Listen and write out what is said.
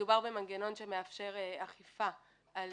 מדובר במנגנון שמאפשר אכיפה על